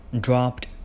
dropped